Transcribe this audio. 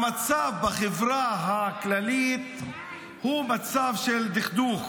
אמרתי להם שאני מרגיש שהמצב בחברה הכללית הוא מצב של דכדוך,